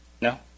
No